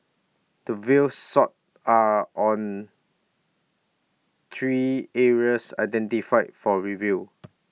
the views sought are on three areas identified for review